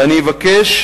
ואני אבקש